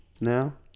now